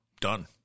Done